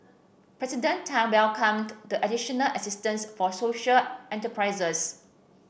President Tan welcomed the additional assistance for social enterprises